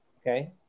Okay